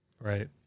Right